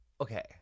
Okay